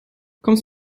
kommst